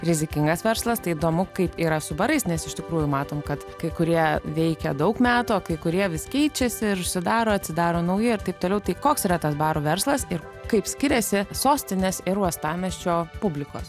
rizikingas verslas tai įdomu kaip yra su barais nes iš tikrųjų matom kad kai kurie veikia daug metų o kai kurie vis keičiasi ir užsidaro atsidaro nauji ir taip toliau tai koks yra tas barų verslas ir kaip skiriasi sostinės ir uostamiesčio publikos